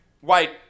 white